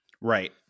right